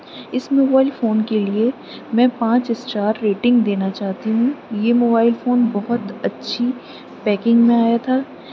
اس mobile phone کے لیے میں پانچ اسٹار ریٹنگ دینا چاہتی ہوں یہ موبائل فون بہت اچھی پیکنگ میں آیا تھا